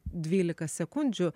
dvylika sekundžių